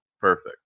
Perfect